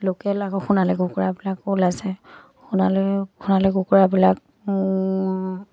local আকৌ সোণালী কুকুৰাবিলাক ওলাইছে আছে সোণালী সোণালী কুকুৰাবিলাক